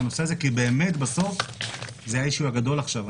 כי באמת בסוף זה האישיו הגדול עכשיו.